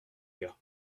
gars